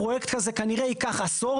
פרויקט כזה כנראה ייקח עשור,